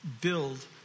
build